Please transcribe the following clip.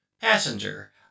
passenger